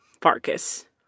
Farkas